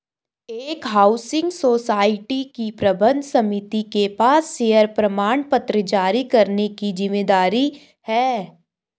एक housing society की प्रबंध समिति के पास शेयर प्रमाणपत्र जारी करने की जिम्मेदारी है